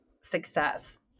success